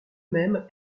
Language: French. mêmes